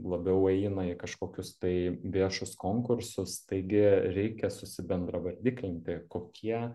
labiau eina į kažkokius tai viešus konkursus taigi reikia susibendravardiklinti kokie